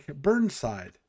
Burnside